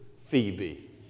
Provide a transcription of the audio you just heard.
Phoebe